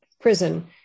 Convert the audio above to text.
prison